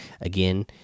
again